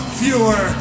fewer